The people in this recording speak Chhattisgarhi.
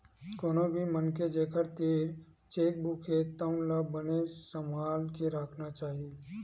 कोनो भी मनखे जेखर तीर चेकबूक हे तउन ला बने सम्हाल के राखना चाही